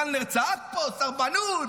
קלנר צעק פה: סרבנות,